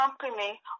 company